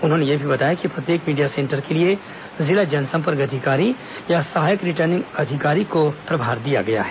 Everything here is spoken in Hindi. उन्होंने यह भी बताया कि प्रत्येक मीडिया सेन्टर के लिए जिला जनसंपर्क अधिकारी या सहायक रिटर्निंग अधिकारी को प्रभार दिया गया है